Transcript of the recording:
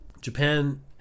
japan